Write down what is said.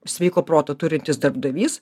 sveiko proto turintis darbdavys